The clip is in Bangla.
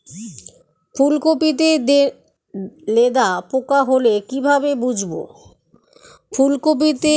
ফুলকপিতে লেদা পোকা হলে কি ভাবে বুঝবো?